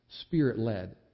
spirit-led